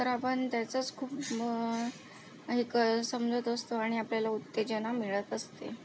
तर आपण त्याचाच खूप हे कर समजत असतो आणि आपल्याला उत्तेजना मिळत असते